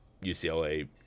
UCLA